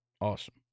Awesome